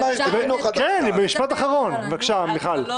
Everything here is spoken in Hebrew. בבקשה, מיכל.